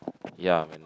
ya